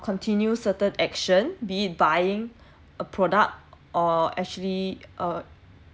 continue certain action be it buying a product or actually err